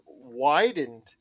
widened